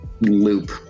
loop